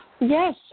Yes